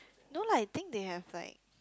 no lah I think they have like